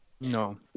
No